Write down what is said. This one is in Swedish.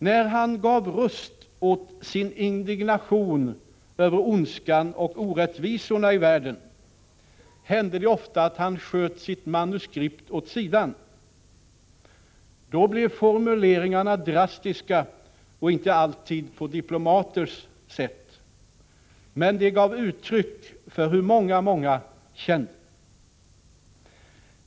När han gav röst åt sin indignation över ondskan och orättvisorna i världen, hände det ofta att han sköt sitt manuskript åt sidan. Då blev formuleringarna drastiska och inte alltid på diplomaters sätt. Men de gav uttryck för hur många, många kände.